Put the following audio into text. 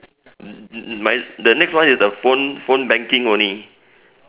mine the next one is the phone phone banking only